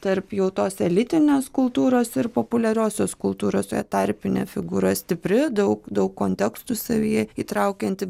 tarp jau tos elitinės kultūros ir populiariosios kultūros toje tarpinė figūra stipri daug daug kontekstų savyje įtraukianti